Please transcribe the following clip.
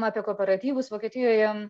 apie kooperatyvus vokietijoje